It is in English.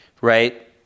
right